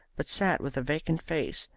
but sat with a vacant face,